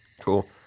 cool